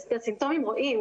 את הסימפטומים רואים.